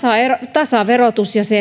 tasaverotettavat